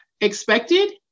expected